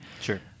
Sure